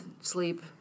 sleep